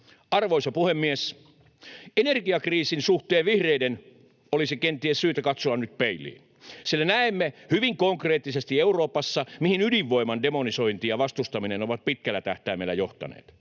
Arvoisa puhemies! Energiakriisin suhteen vihreiden olisi kenties syytä katsoa nyt peiliin, sillä näemme hyvin konkreettisesti Euroopassa, mihin ydinvoiman demonisointi ja vastustaminen ovat pitkällä tähtäimellä johtaneet.